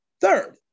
Third